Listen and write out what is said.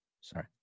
Sorry